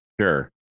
Sure